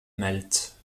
malte